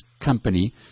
company